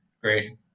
Great